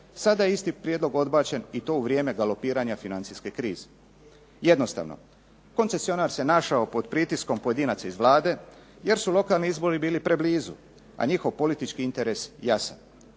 sada je isti prijedlog odbačen i to u vrijeme galopiranja financijske krize. Jednostavno, koncesionar se našao pod pritiskom pojedinaca iz Vlade jer su lokalni izbori bili preblizu, a njihov politički interes jasan.